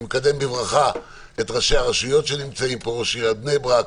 אני מקדם בברכה את ראשי הרשויות שנמצאים פה: ראש עיריית בני ברק,